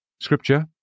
Scripture